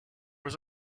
was